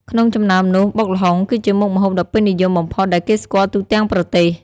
ក្នុងចំណោមនោះ បុកល្ហុង គឺជាមុខម្ហូបដ៏ពេញនិយមបំផុតដែលគេស្គាល់ទូទាំងប្រទេស។